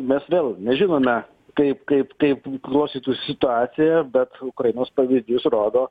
mes vėl nežinome kaip kaip kaip klostytųsi situacija bet ukrainos pavyzdys rodo